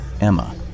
Emma